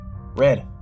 Red